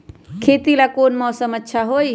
खेती ला कौन मौसम अच्छा होई?